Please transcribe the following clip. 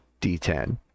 D10